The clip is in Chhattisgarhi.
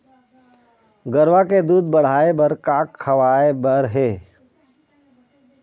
गरवा के दूध बढ़ाये बर का खवाए बर हे?